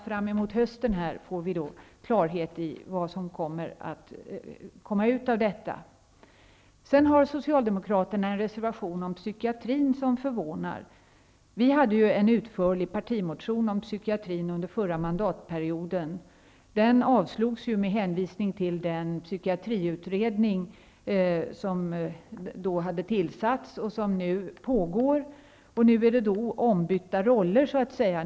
Framemot hösten får vi klarhet i vad som kommer att bli resultatet av beredningen. Socialdemokraterna har en reservation om psykiatrin som är förvånande. Vi väckte en utförlig partimotion om psykiatrin under förra mandatperioden. Den avslogs med hänvisning till den psykiatriutredning som då hade tillsats och som nu pågår. Nu är det ombytta roller.